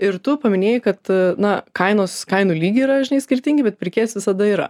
ir tu paminėjai kad na kainos kainų lygiai yra žinai skirtingi bet pirkėjas visada yra